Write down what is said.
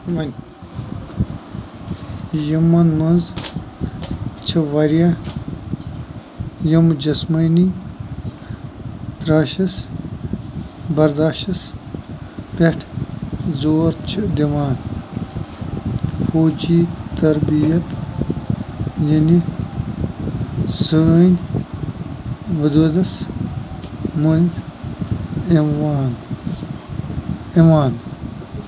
یِمَن منٛز چھِ واریاہ یِم جسمٲنی ترٛاشَس بَرداشَس پٮ۪ٹھ زور چھِ دِوان فوجی تربیت ییٚلہِ سٲنۍ ودوٗدَس منٛز یِوان یِوان